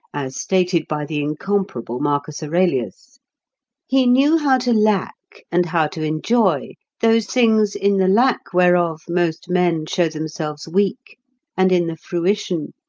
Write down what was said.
as stated by the incomparable marcus aurelius he knew how to lack, and how to enjoy, those things in the lack whereof most men show themselves weak and in the fruition,